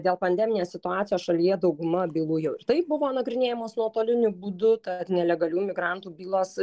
dėl pandeminės situacijos šalyje dauguma bylų jau ir taip buvo nagrinėjamos nuotoliniu būdu tad nelegalių migrantų bylos